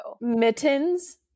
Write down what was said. Mittens